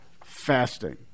fasting